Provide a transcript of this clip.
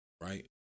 right